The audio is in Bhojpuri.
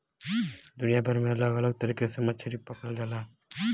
दुनिया भर में अलग अलग तरीका से मछरी पकड़ल जाला